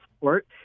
support